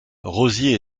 rosie